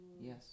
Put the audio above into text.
Yes